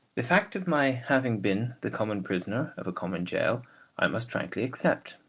the fact of my having been the common prisoner of a common gaol i must frankly accept,